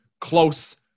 close